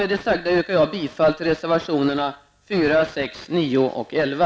Med det sagda yrkar jag bifall till reservationerna 4, 6, 9 och 11.